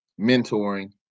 mentoring